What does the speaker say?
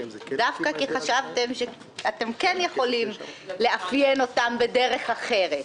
דווקא כי חשבתם שאתם כן יכולים לאפיין אותם בדרך אחרת.